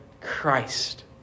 Christ